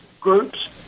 groups